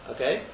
Okay